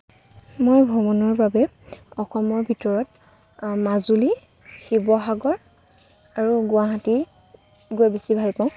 মোৰ ভ্ৰমণৰ বাবে অসমৰ ভিতৰত মাজুলী শিৱসাগৰ আৰু গুৱাহাটী গৈ বেছি ভাল পাওঁ